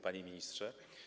Panie Ministrze!